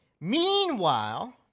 Meanwhile